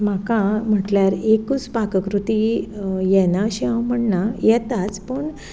म्हाका म्हटल्यार एकूच पाककृती येना अशी हांव म्हणना येताच पूण